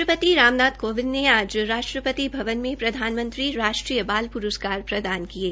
राष्ट्रपति राम नाथ कोविंद ने आज राष्ट्रपति भवन में प्रधानमंत्री राष्ट्रीय बाल प्रस्कार प्रदान किये